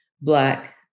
Black